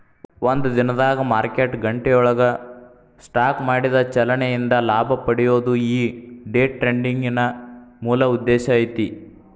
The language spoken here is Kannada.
ಒಂದ ದಿನದಾಗ್ ಮಾರ್ಕೆಟ್ ಗಂಟೆಯೊಳಗ ಸ್ಟಾಕ್ ಮಾಡಿದ ಚಲನೆ ಇಂದ ಲಾಭ ಪಡೆಯೊದು ಈ ಡೆ ಟ್ರೆಡಿಂಗಿನ್ ಮೂಲ ಉದ್ದೇಶ ಐತಿ